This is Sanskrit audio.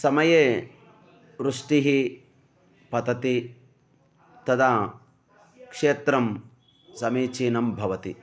समये वृष्टिः पतति तदा क्षेत्रं समीचीनं भवति